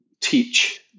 teach